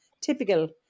typical